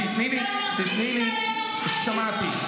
שמעתי.